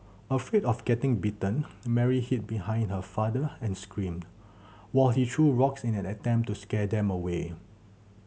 afraid of getting bitten Mary hid behind her father and screamed while he threw rocks in an attempt to scare them away